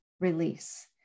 release